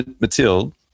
Mathilde